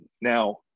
Now